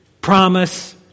promise